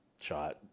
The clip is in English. shot